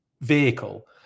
vehicle